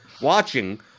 watching